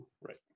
Right